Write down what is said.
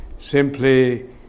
Simply